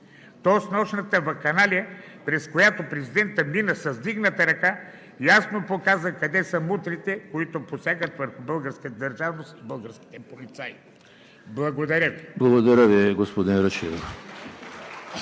то снощната вакханалия, през която президентът мина с вдигната ръка, ясно показа къде са мутрите, които посягат върху българската държавност и българските полицаи. Благодаря Ви. ПРЕДСЕДАТЕЛ ЕМИЛ ХРИСТОВ: Благодаря Ви, господин Рашидов.